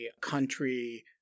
country